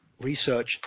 research